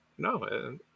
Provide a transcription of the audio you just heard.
No